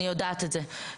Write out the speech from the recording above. אני יודעת את זה.